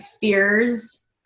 fears